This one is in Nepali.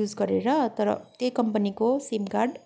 युज गरेर तर त्यही कम्पनीको सिम कार्ड